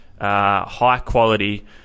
high-quality